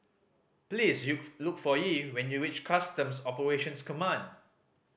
please look for Yee when you reach Customs Operations Command